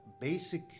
basic